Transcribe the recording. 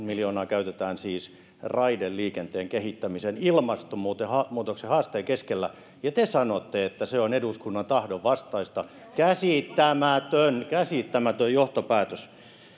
miljoonaa käytetään siis raideliikenteen kehittämiseen ilmastonmuutoksen haasteen keskellä ja te sanotte että se on eduskunnan tahdon vastaista käsittämätön käsittämätön johtopäätös